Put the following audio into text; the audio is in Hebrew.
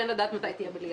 וגם אין לדעת מתי תהיה מליאה.